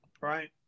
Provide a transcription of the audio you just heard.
Right